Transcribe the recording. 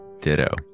Ditto